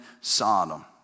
Sodom